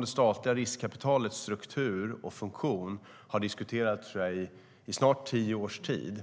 det statliga riskkapitalets struktur och funktion har diskuterats i, tror jag, snart tio års tid.